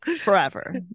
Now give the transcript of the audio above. forever